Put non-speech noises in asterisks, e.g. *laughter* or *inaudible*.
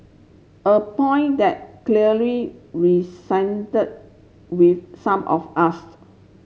a point that clearly *unintelligible* with some of us